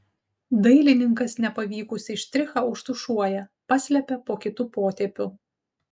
dailininkas nepavykusį štrichą užtušuoja paslepia po kitu potėpiu